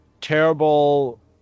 terrible